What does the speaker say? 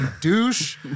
douche